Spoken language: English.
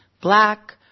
black